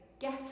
get